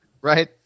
Right